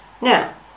Now